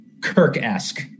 Kirk-esque